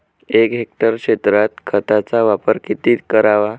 एक हेक्टर क्षेत्रात खताचा वापर किती करावा?